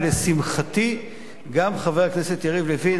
ולשמחתי גם חבר הכנסת יריב לוין,